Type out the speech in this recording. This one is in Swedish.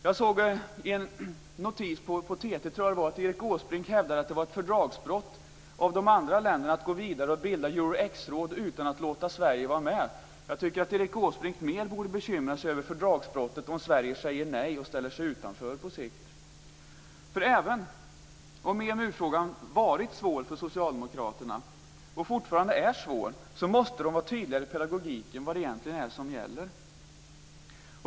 Jag såg i en notis - jag tror att det var från TT - att Erik Åsbrink hävdade at det var ett fördragsbrott att bilda Euro-X-råd utan att låta Sverige vara med. Jag tycker att Erik Åsbrink mer borde bekymra sig över fördragsbrottet om Sverige säger nej och ställer sig utanför på sikt. Även om EMU-frågan varit svår och fortfarande är svår för socialdemokraterna måste de vara tydligare i pedagogiken om vad det egentligen är som gäller.